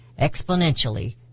exponentially